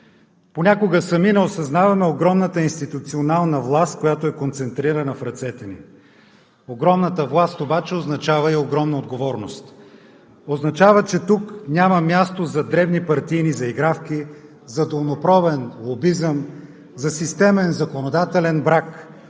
Понякога сами не осъзнаваме огромната институционална власт, която е концентрирана в ръцете ни. Огромната власт обаче означава и огромна отговорност. Означава, че тук няма място за дребни партийни заигравки, за долнопробен лобизъм, за системен законодателен брак,